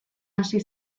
hasi